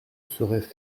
sauraient